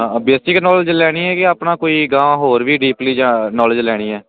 basic knowledge ਲੈਣੀ ਹੈਗੀ ਆਪਣਾ ਕੋਈ ਗਹਾਂ ਹੋਰ ਵੀ ਡੀਪਲੀ ਜਾਂ ਨੌਲੇਜ ਲੈਣੀ ਹੈ